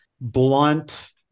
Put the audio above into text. blunt